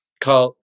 Carl